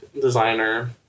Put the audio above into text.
designer